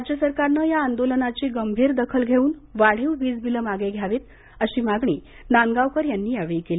राज्य सरकारनं या आंदोलनाची गंभीर दखल घेऊन वाढीव वीजबिलं मागे घ्यावीत अशी मागणी नांदगावकर यांनी यावेळी केली